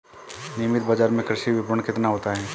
नियमित बाज़ार में कृषि विपणन कितना होता है?